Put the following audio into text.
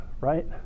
right